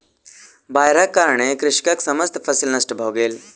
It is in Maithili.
बाइढ़क कारणेँ कृषकक समस्त फसिल नष्ट भ गेल